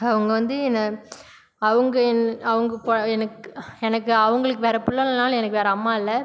அவங்க வந்து என்னை அவங்க என் அவங்க எனக்கு எனக்கு அவங்களுக்கு வேறே பிள்ள இல்லைனாலும் எனக்கு வேறே அம்மா இல்லை